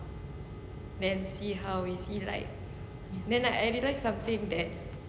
then see how is he like then I did like something that